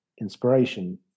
inspiration